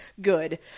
good